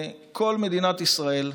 כל מדינת ישראל,